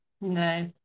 no